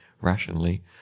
rationally